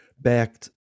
backed